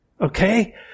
okay